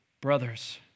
brothers